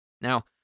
Now